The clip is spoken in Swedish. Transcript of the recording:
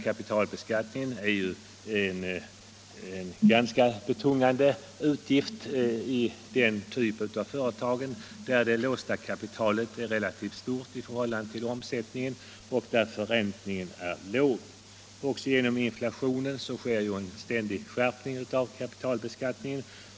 Kapitalbeskattningen innebär ju en ganska betungande utgift för den typ av företag där det låsta kapitalet är relativt stort i förhållande till omsättningen och där förräntningen är låg. Genom inflationen sker också en ständig skärpning av kapitalbeskattningen.